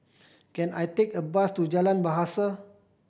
can I take a bus to Jalan Bahasa